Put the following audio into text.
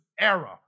era